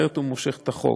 ואחרת הוא מושך את החוק,